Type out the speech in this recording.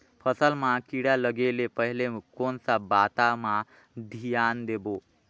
फसल मां किड़ा लगे ले पहले कोन सा बाता मां धियान देबो?